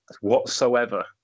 whatsoever